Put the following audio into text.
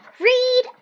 Read